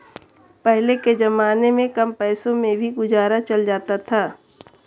पहले के जमाने में कम पैसों में भी गुजारा चल जाता था